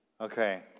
Okay